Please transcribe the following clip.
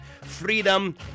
Freedom